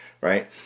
Right